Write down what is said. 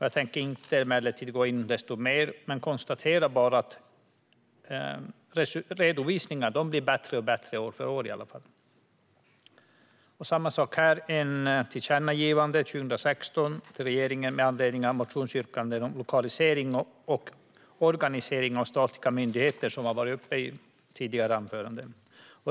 Jag tänker emellertid inte gå in desto mer på detta, utan jag konstaterar bara att redovisningarna blir bättre år för år. Riksdagen gjorde 2016 ett tillkännagivande till regeringen med anledning av motionsyrkanden om lokalisering och organisering av statliga myndigheter, som har tagits upp i tidigare anföranden.